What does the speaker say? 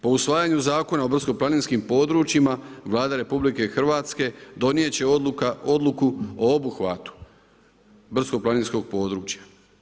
Po usvajanju zakona o brdsko planinskim područjima Vlada RH donijet će odluku o obuhvatu brdsko planinskog područja.